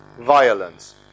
violence